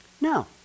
No